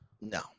no